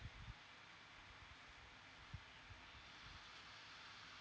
oh the